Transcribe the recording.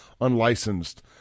unlicensed